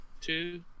two